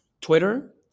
Twitter